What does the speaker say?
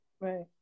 Right